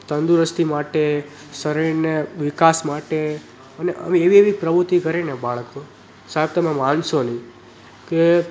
તંદુરસ્તી માટે શરીરને વિકાસ માટે અને અમે એવી એવી પ્રવૃત્તિ કરે ને બાળકો સાહેબ તમે માનશો નહીં કે